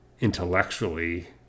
intellectually